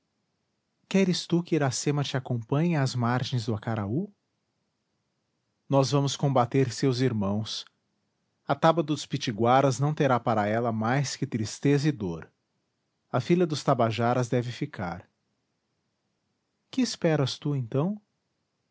tu que iracema te acompanhe às margens do acaraú nós vamos combater seus irmãos a taba dos pitiguaras não terá para ela mais que tristeza e dor a filha dos tabajaras deve ficar que esperas tu então